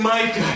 Mike